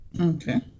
okay